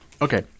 Okay